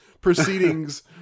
proceedings